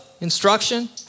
instruction